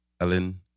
Ellen